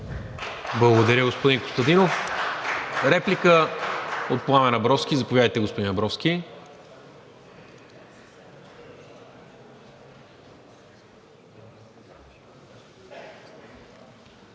Благодаря, господин Костадинов. Реплика от Пламен Абровски. Заповядайте, господин Абровски.